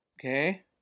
Okay